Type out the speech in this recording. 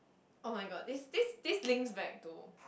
oh my god this this this links back to